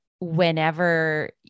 whenever